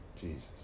Jesus